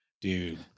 dude